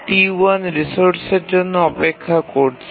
T1 রিসোর্সের জন্য অপেক্ষা করছে